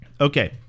Okay